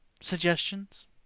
Suggestions